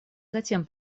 затем